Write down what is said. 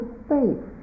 space